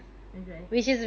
that's right